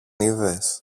είδες